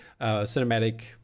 cinematic